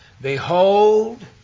Behold